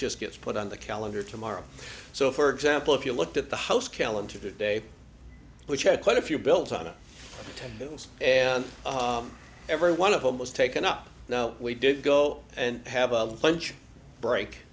just gets put on the calendar tomorrow so for example if you looked at the house calendar today which had quite a few built on it and every one of them was taken up now we did go and have a lunch break